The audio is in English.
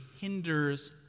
hinders